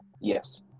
yes